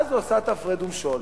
ואז הוא עשה את ההפרד ומשול.